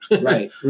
right